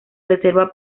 reserva